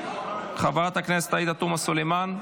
חברת הכנסת עאידה תומא סלימאן?